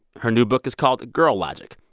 her new book is called girl logic.